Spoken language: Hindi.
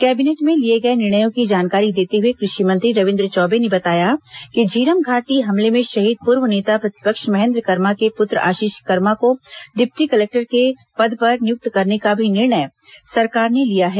कैबिनेट में लिए गए निर्णयों की जानकारी देते हए कृषि मंत्री रविन्द्र चौबे ने बताया कि झीरम घाटी हमले में शहीद पूर्व नेता प्रतिपक्ष महेन्द्र कर्मा के पूत्र आशीष कर्मा को डिप्टी कलेक्टर के पद पर नियुक्त करने का भी निर्णय सरकार ने लिया है